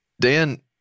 Dan